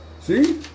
See